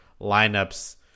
lineups